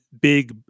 big